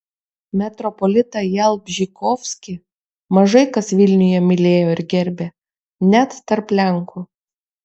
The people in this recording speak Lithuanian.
metropolitą jalbžykovskį mažai kas vilniuje mylėjo ir gerbė net tarp lenkų